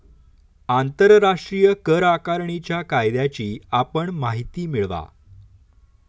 आंतरराष्ट्रीय कर आकारणीच्या कायद्याची आपण माहिती मिळवा